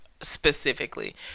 specifically